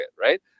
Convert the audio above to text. right